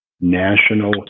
national